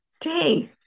day